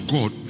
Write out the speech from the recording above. God